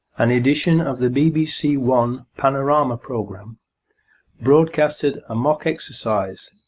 an edition of the bbc one panorama programme broadcasted a mock exercise,